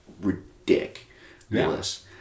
ridiculous